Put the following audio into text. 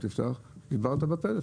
אומר, דיברת בטלפון.